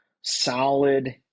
solid